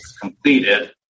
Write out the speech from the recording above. completed